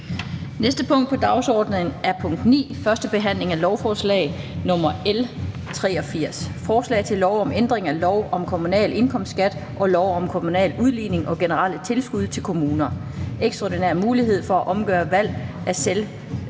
næste punkt på dagsordenen er: 9) 1. behandling af lovforslag nr. L 83: Forslag til lov om ændring af lov om kommunal indkomstskat og lov om kommunal udligning og generelle tilskud til kommuner. (Ekstraordinær mulighed for at omgøre valg af selvbudgettering